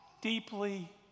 deeply